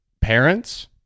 parents